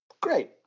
great